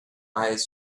eyes